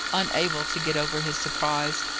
unable to get over his surprise.